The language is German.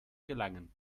gelangen